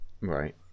Right